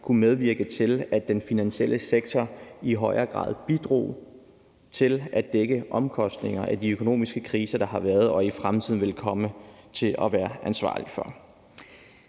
kunne medvirke til, at den finansielle sektor i højere grad bidrog til at dække omkostningerne ved de økonomiske kriser, der har været, og som de i fremtiden vil komme til at være ansvarlige for.